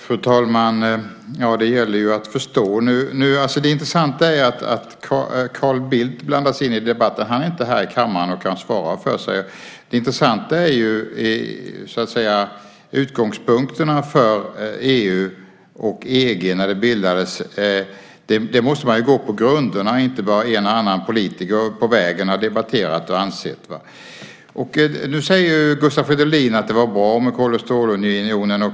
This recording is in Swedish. Fru talman! Det gäller att förstå. Det intressanta är att Carl Bildt blandas in i debatten. Han är inte här i kammaren och kan inte svara för sig. Det intressanta är utgångspunkterna för när EU och EG bildades. Vi måste gå på grunderna och inte bara vad en och annan politiker på vägen har debatterat och ansett. Gustav Fridolin säger att det var bra med Kol och stålunionen.